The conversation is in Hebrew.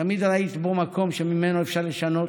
תמיד ראית בה מקום שממנו אפשר לשנות.